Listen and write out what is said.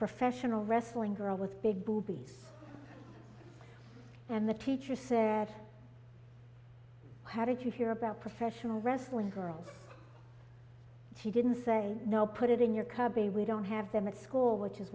professional wrestling girl with big boobies and the teacher said how did you hear about professional wrestling girls she didn't say no put it in your cubby we don't have them at school which is